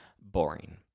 Boring